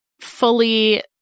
fully